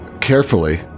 carefully